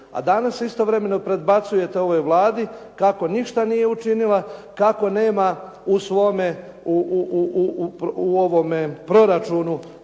A danas istovremeno predbacujete ovoj Vladi kako ništa nije učinila, kako nema u svom proračunu